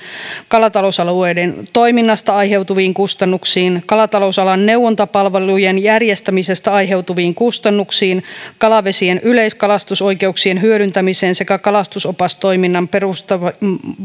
kalatalousalueiden toiminnasta aiheutuviin kustannuksiin kalatalousalan neuvontapalvelujen järjestämisestä aiheutuviin kustannuksiin kalavesien yleiskalastusoikeuksien hyödyntämiseen sekä kalastusopastoimintaan perustuvasta